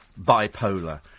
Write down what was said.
bipolar